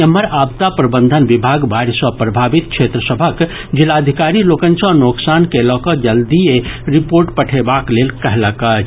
एम्हर आपदा प्रबंधन विभाग बाढ़ि सॅ प्रभावित क्षेत्र सभक जिलाधिकारी लोकनि सॅ नोकसान के लऽकऽ जल्दीए रिपोर्ट पठेबाक लेल कहलक अछि